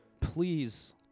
please